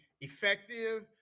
effective